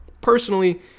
personally